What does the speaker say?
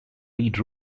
lead